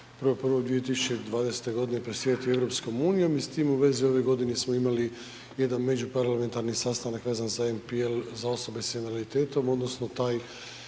ćemo od 1.1.2020.g. presjedati EU i s tim u vezi ove godine smo imali jedan međuparlamentarni sastanak vezan za MPL za osobe s invaliditetom odnosno taj